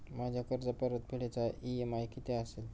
माझ्या कर्जपरतफेडीचा इ.एम.आय किती असेल?